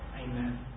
Amen